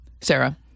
Sarah